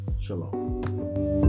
Shalom